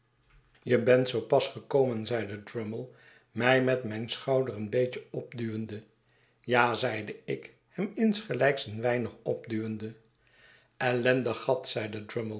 je bent zoo pas gekomen zeide drummle mij met zijn schouder een beetje opduwende ja zeide ik hem insgelijks een weinig opduwende ellendig gat zeide